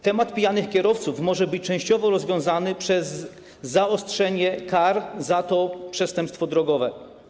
Temat pijanych kierowców może być częściowo rozwiązany przez zaostrzenie kar za to przestępstwo drogowe.